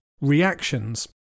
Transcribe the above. reactions